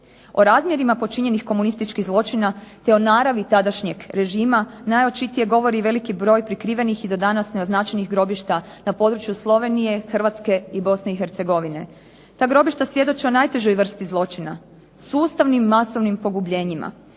O razmjerima počinjenih komunističkih zločina, te o naravi tadašnjeg režima najočitije govori veliki broj prekrivenih i do danas neoznačenih grobišta na području Slovenije, Hrvatske i Bosne i Hercegovine. Ta grobišta svjedoče o najtežoj vrsti zločina, sustavnim masovnim pogubljenjima.